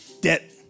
Debt